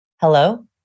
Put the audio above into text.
Hello